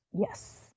Yes